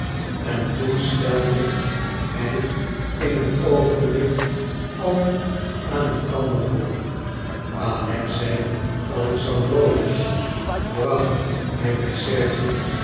en toen stelde hij in een oogenblik allen aan elkander voor alexei alexandrowitsch bracht hij bij